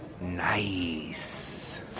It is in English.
Nice